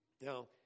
Now